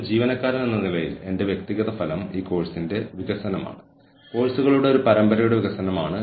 ചില ജീവനക്കാരുടെ മത്സര തന്ത്രങ്ങൾക്കായിയുള്ള റോൾ പെരുമാറ്റങ്ങൾ പ്രവചനാത്മകത വേഴ്സസ് സർഗ്ഗാത്മകതയും നവീകരണവുമാണ്